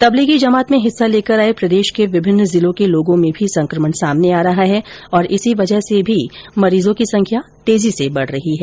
तबलीगी जमात में हिस्सा लेकर आये प्रदेश के विभिन्न जिलों के लोगों में भी संकमण सामने आ रहा है और इस वजह से भी मरीजों की संख्या तेजी से बढ रही है